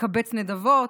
מקבץ נדבות,